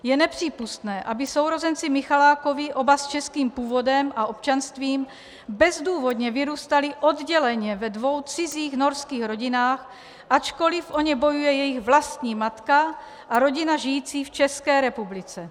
Je nepřípustné, aby sourozenci Michalákovi, oba s českým původem a občanstvím, bezdůvodně vyrůstali odděleně ve dvou cizích norských rodinách, ačkoliv o ně bojuje jejich vlastní matka a rodina žijící v České republice.